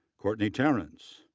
courtney tarrance,